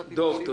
תודה.